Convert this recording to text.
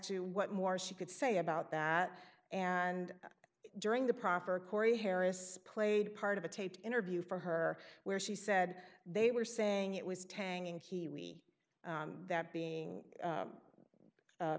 to what more she could say about that and during the proffer corey harris played part of a taped interview for her where she said they were saying it was tang and he that being